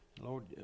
Lord